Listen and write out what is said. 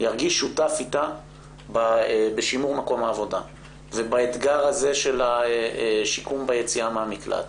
ירגיש אתה בשימור מקום העבודה ובאתגר הזה של השיקום ביציאה מהמקלט.